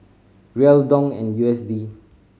Riel Dong and U S D